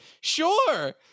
Sure